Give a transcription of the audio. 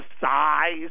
size